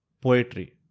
poetry